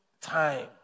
time